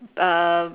uh